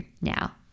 now